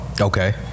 Okay